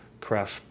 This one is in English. craft